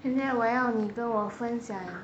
现在我要你跟我分享